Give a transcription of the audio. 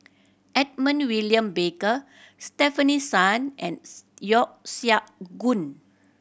Edmund William Barker Stefanie Sun ands Yeo Siak Goon